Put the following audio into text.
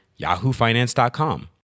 yahoofinance.com